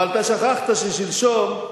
אבל שכחת ששלשום,